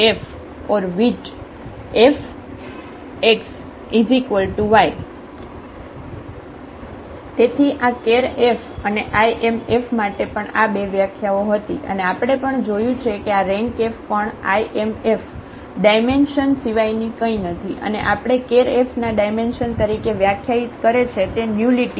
તેથી આ ker F અને Im F માટે પણ આ બે વ્યાખ્યાઓ હતી અને આપણે પણ જોયું છે કે આ rankF પણ Im F ડાયમેન્શન સિવાયની કંઈ નથી અને આપણે Ker F ના ડાયમેન્શન તરીકે વ્યાખ્યાયિત કરે છે તે નુલીટી